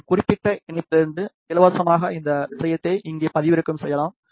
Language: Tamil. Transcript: இந்த குறிப்பிட்ட இணைப்பிலிருந்து இலவசமாக இந்த விஷயத்தை இங்கே பதிவிறக்கம் செய்யலாம்